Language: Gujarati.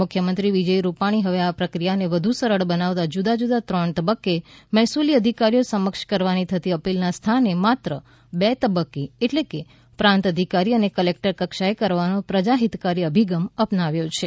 મુખ્યમંત્રી વિજય રૂપાણીએ હવે આ પ્રક્રિયાને વધુ સરળ બનાવતાં જુદા જુદા ત્રણ તબક્કે મહેસૂલી અધિકારીઓ સમક્ષ કરવાની થતી અપીલના સ્થાને માત્ર બે તબક્કે એટલે કે પ્રાંત અધિકારી અને કલેકટર કક્ષાએ કરવાનો પ્રજાહિતકારી અભિગમ અપનાવ્યો છે